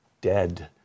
dead